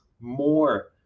more